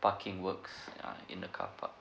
parking works ah in the carpark